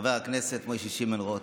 חבר הכנסת משה שמעון רוט,